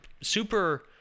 super